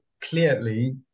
clearly